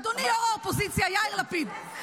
אדוני ראש האופוזיציה יאיר לפיד,